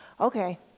okay